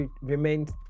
remained